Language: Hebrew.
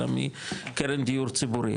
אלא מקרן דיור ציבורי,